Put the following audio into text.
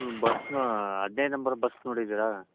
ಹ್ಞೂ ಬಸ್ನ ಹದ್ನೈದು ನಂಬರ್ ಬಸ್ ನೋಡಿದ್ದೀರಾ